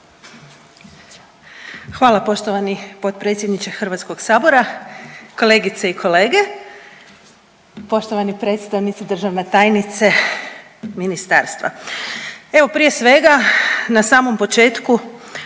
Hvala poštovani potpredsjedniče Hrvatskog sabora. Kolegice i kolege, poštovani predstavnici, državna tajnice ministarstva, evo prije svega na samom početku